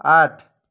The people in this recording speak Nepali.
आठ